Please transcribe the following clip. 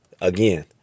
again